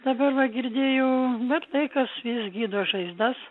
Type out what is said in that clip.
dabar va girdėjau vat laikas gydo žaizdas